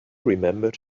remembered